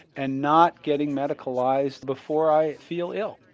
and not getting medicalised before i feel ill.